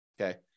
Okay